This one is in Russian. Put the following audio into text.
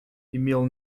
имел